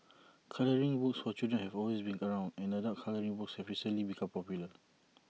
colouring books for children have always been around and adult colouring books have recently become popular